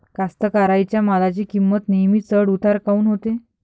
कास्तकाराइच्या मालाची किंमत नेहमी चढ उतार काऊन होते?